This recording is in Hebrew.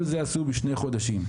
כל זה עשו בשני חודשים.